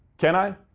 can i?